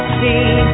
see